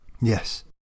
Yes